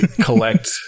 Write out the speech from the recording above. collect